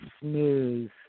smooth